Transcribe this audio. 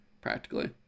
practically